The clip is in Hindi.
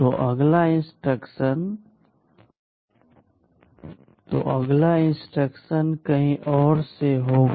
तो अगला इंस्ट्रक्शन कहीं और से होगा